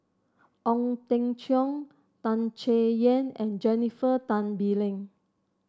Ong Teng Cheong Tan Chay Yan and Jennifer Tan Bee Leng